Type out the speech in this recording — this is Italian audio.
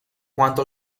quanto